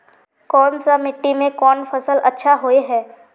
कोन सा मिट्टी में कोन फसल अच्छा होय है?